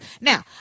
now